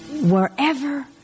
Wherever